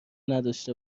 نداشته